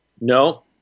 No